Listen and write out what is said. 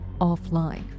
offline